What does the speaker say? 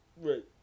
right